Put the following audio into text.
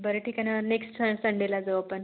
बरं ठीक आहे ना नेक्स्ट स संडेला जाऊ आपण